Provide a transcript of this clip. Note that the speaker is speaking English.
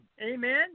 amen